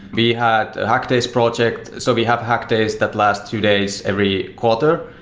we had hack days project. so we have hack days that last two days every quarter,